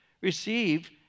Receive